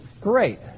Great